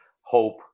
hope